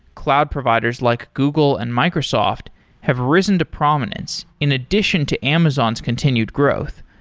cloud providers like google and microsoft have risen to prominence in addition to amazon's continued growth,